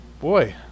Boy